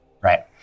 Right